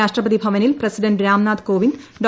രാഷ്ട്രപതി ഭവനിൽ പ്രസിഡന്റ് രാംനാഥ് കോവിന്ദ് ഡോ